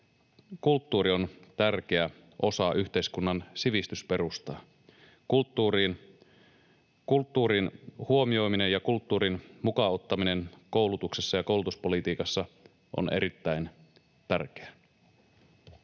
kulttuuri on tärkeä osa yhteiskunnan sivistysperustaa. Kulttuurin huomioiminen ja kulttuurin mukaan ottaminen koulutuksessa ja koulutuspolitiikassa on erittäin tärkeää.